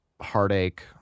heartache